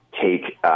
take –